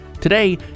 Today